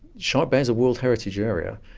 shark bay is a world heritage area.